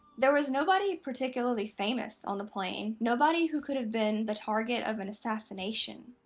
there was nobody particularly famous on the plane, nobody who could have been the target of an assassination.